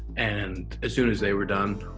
and as soon as they were done,